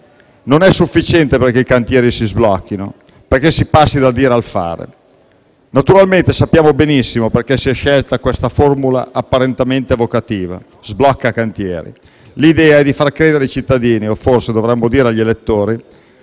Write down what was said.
non è sufficiente perché i cantieri si sblocchino, perché si passi dal dire al fare. Naturalmente sappiamo benissimo perché si è scelta questa formula apparentemente evocativa, «sblocca cantieri»: l'idea è di far credere ai cittadini - o forse dovremmo dire agli elettori